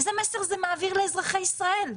איזה מסר זה מעביר לאזרחי ישראל?